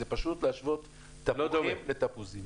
זה פשוט להשוות תפוחים לתפוזים,